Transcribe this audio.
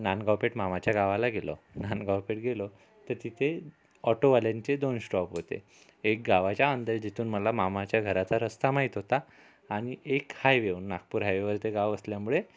नांदगाव पेठ मामाच्या गावाला गेलो नांदगाव पेठ गेलो तर तिथे ऑटोवाल्यांचे दोन स्टॉप होते एक गावाच्या अंदर जिथून मला मामाच्या घराचा रस्ता माहीत होता आणि एक हायवेवरून नागपूर हायवेवरती गाव असल्यामुळे